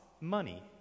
money